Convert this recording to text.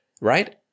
right